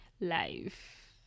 life